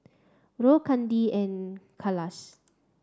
Rohit Chandi and Kailash